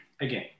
again